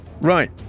Right